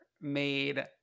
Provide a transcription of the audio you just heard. made